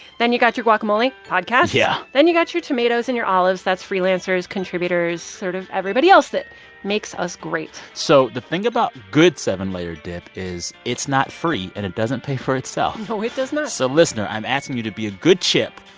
then you got your guacamole podcasts yeah then you got your tomatoes and your olives. that's freelancers, contributors, sort of everybody else that makes us great so the thing about good seven-layer dip is it's not free, and it doesn't pay for itself no, it does not so listener, i'm asking you to be a good chip.